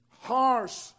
Harsh